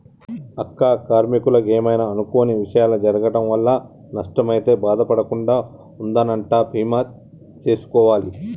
అక్క కార్మీకులకు ఏమైనా అనుకొని విషయాలు జరగటం వల్ల నష్టం అయితే బాధ పడకుండా ఉందనంటా బీమా సేసుకోవాలి